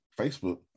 Facebook